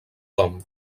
tom